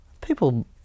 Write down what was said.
People